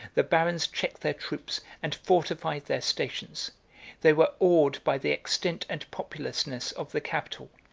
the barons checked their troops, and fortified their stations they were awed by the extent and populousness of the capital,